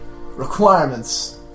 Requirements